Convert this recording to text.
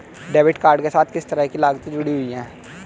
Debit card के साथ किस तरह की लागतें जुड़ी हुई हैं?